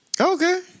Okay